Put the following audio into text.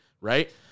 Right